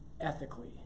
ethically